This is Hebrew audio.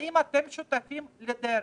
האם אתם שותפים לדרך?